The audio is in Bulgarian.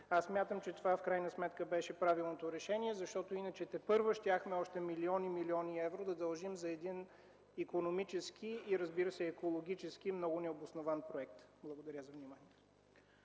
Аз смятам, че в крайна сметка това беше правилното решение, защото иначе тепърва щяхме да дължим още милиони, милиони евро за един икономически и, разбира се, екологически много необоснован проект. Благодаря за вниманието.